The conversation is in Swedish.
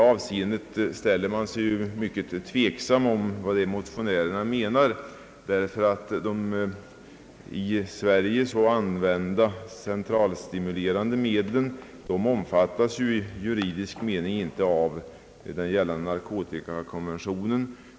Man ställer sig mycket tveksam till vad det är motionärerna menar i detta avseende. De i Sverige så använda centralstimulerande medlen omfattas i juridisk mening inte av den gällande narkotikakonventionen.